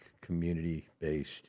community-based